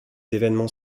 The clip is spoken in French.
évènements